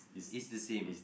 is the same